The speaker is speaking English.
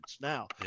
Now